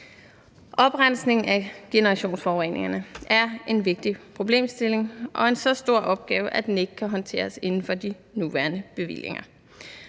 Oprensning af generationsforureningerne er en vigtig problemstilling og en så stor opgave, at den ikke kan håndteres inden for de nuværende bevillinger.